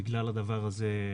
בגלל הדבר הזה,